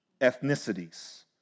ethnicities